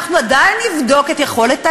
אנחנו עדיין נבדוק את יכולת ההחזר,